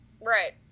Right